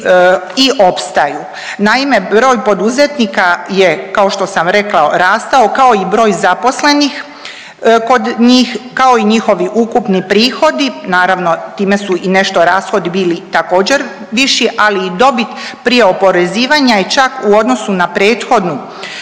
i opstaju. Naime, broj poduzetnika je kao što sam rekla rastao, kao i broj zaposlenih kod njih, kao i njihovi ukupni prihodi, naravno time su i nešto rashodi bili također viši, ali i dobit prije oporezivanja je čak u odnosu na prethodnu